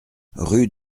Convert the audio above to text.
rue